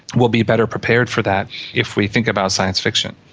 we'll be better prepared for that if we think about science fiction.